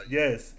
yes